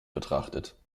betrachtet